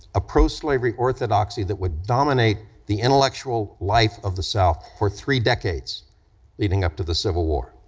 a pro-slavery orthodoxy that would dominate the intellectual life of the south for three decades leading up to the civil war.